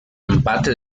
empate